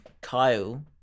Kyle